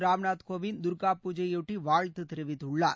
ராம்நாத் கோவிந்த் துர்கா பூஜையையொட்டி வாழ்த்து தெரிவித்துள்ளார்